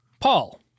Paul